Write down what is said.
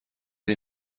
این